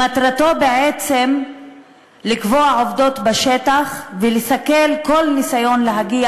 שמטרתו לקבוע עובדות בשטח ולסכל כל ניסיון להגיע